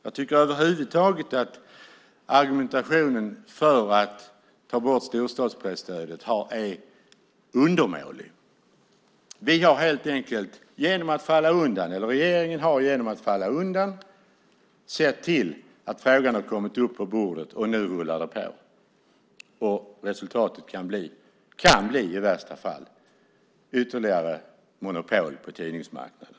Jag tycker över huvud taget att argumentationen för att ta bort storstadspresstödet är undermålig. Genom att falla undan har regeringen sett till att frågan har kommit upp på bordet, och nu rullar det på. Resultatet kan i värsta fall bli ytterligare monopol på tidningsmarknaden.